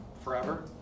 forever